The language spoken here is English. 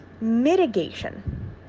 mitigation